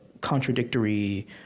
contradictory